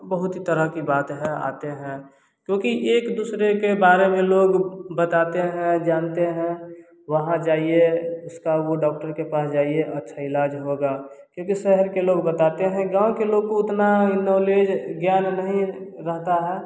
बहुत ही तरह की बात है आते हैं क्योंकि एक दूसरे के बारे में लोग बताते हैं जानते हैं वहाँ जाइए इसका वह डॉक्टर के पास जाइए अच्छा ईलाज होगा क्योंकि शहर के लोग बताते हैं गाँव के लोग को उतना ई नॉलेज ज्ञान नहीं रहता है